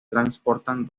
transportan